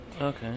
Okay